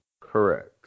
Correct